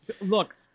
Look